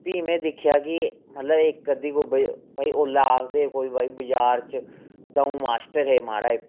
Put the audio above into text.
फ्ही में दिक्खेआ कि मतलब इक अद्धी कोई भाई ओल्लै आखदे हे कोई पाई बजार च द'ऊं मास्टर हे महाराज